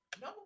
No